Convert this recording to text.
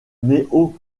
néo